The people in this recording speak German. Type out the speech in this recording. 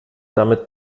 damit